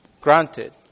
granted